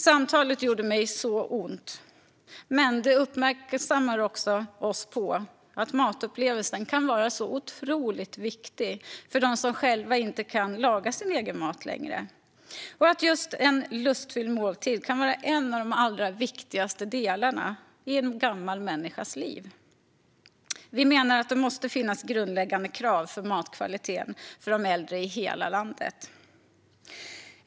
Samtalet gjorde mig så ont, men det uppmärksammade mig också på att matupplevelsen kan vara så otroligt viktig för dem som själva inte kan laga sin egen mat längre och att en lustfylld måltid kan vara en av de allra viktigaste delarna i en gammal människas liv. Vi menar att det måste finnas grundläggande krav för matkvaliteten för de äldre i hela landet.